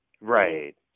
Right